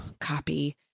copy